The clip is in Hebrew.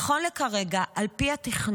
נכון לכרגע, על פי התכנון,